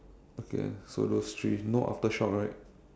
okay so those three no Aftershock right